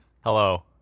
Hello